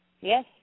Yes